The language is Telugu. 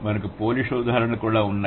మనకు పోలిష్ ఉదాహరణలు కూడా ఉన్నాయి